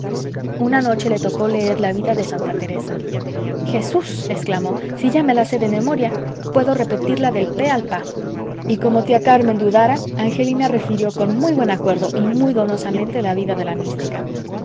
una noche le tocó leer la vida de santa teresa jesús exclamó si ya me la sé de memoria puedo repetirla del pe al pa y como tía carmen dudara angelina refirió con muy buen acuerdo y muy donosamente la vida de la mística